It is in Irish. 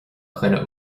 dhuine